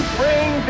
bring